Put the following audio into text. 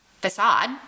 facade